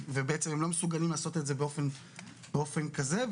ובעצם הם לא מסוגלים לעשות את זה באופן כזה.